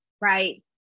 right